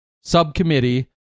subcommittee